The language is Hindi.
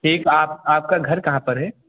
ठीक आप आपका घर कहाँ पर है